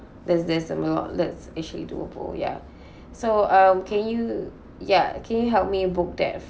that's that's~ that's actually doable ya so um can you ya can you help me book that